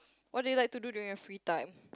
what do you like to do during your free time